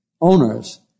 owners